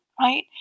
right